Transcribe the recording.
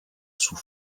sous